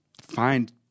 find